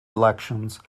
elections